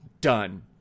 done